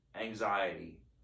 anxiety